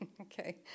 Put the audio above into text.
Okay